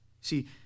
See